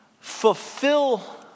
fulfill